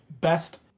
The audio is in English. best